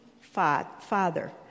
Father